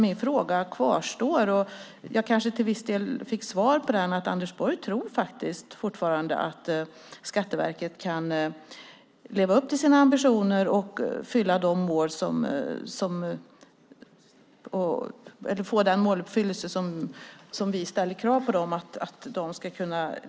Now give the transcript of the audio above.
Min fråga kvarstår trots att jag kanske till viss del fick svar på den. Anders Borg tror fortfarande att Skatteverket kan leva upp till sina ambitioner och nå de mål som vi kräver att de ska nå.